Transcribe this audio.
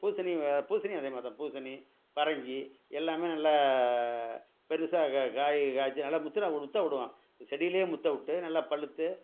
பூசணி வெ பூசணியும் அதேமாதிரி தான் பூசணி பரங்கி எல்லாமே நல்ல பெருசாக க காய் காய்ச்சி நல்ல முற்றின முற்றவுடுவோம் செடியிலேயே முற்றவுட்டு நல்லா பழுத்து